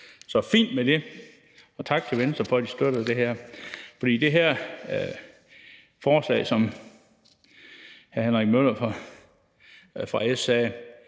Så fint med det, og tak til Venstre for, at de støtter det her. Det her forslag om udbetaling af